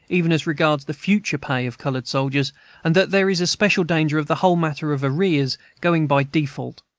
even as regards the future pay of colored soldiers and that there is especial danger of the whole matter of arrears going by default